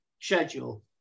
schedule